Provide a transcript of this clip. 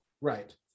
right